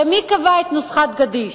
הרי מי קבע את נוסחת גדיש?